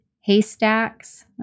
Haystacks